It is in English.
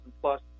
plus